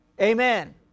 Amen